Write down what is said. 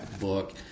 book